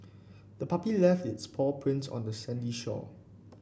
the puppy left its paw prints on the sandy shore